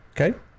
Okay